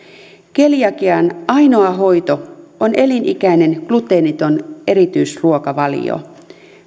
keliakian ainoa hoito on elinikäinen gluteeniton erityisruokavalio